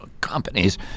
companies